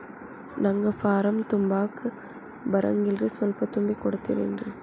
ನಂಗ ಫಾರಂ ತುಂಬಾಕ ಬರಂಗಿಲ್ರಿ ಸ್ವಲ್ಪ ತುಂಬಿ ಕೊಡ್ತಿರೇನ್ರಿ?